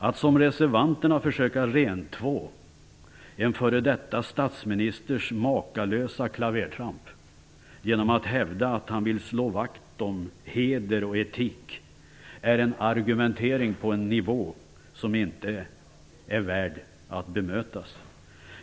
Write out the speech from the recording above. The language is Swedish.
Att som reservanterna försöka rentvå en f.d. statsministers makalösa klavertramp genom att hävda att han vill slå vakt om heder och etik är en argumentering på så låg nivå att den inte är värd att bemötas.